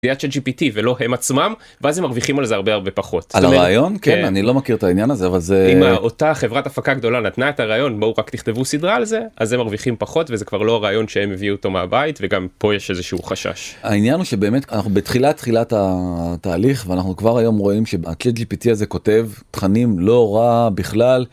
צ'אט GPT ולא הם עצמם ואז הם מרוויחים על זה הרבה הרבה פחות. על הרעיון כן אני לא מכיר את העניין הזה אבל זה אותה חברת הפקה גדולה נתנה את הרעיון בואו רק תכתבו סדרה על זה אז הם מרוויחים פחות וזה כבר לא רעיון שהם מביאו אותו מהבית וגם פה יש איזשהו חשש העניין הוא שבאמת אנחנו בתחילת תחילת התהליך ואנחנו כבר היום רואים שצ'אט GPT הזה כותב תכנים לא רע בכלל.